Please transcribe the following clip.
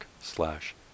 slash